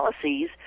policies